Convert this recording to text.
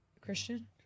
Christian